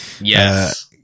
Yes